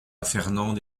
fernande